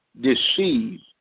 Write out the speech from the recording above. deceived